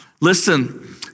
Listen